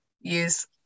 use